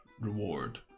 reward